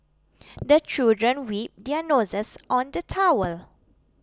the children wipe their noses on the towel